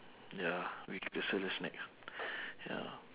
ya we circle the snacks ya